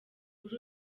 muri